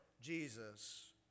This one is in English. Jesus